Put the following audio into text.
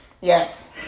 Yes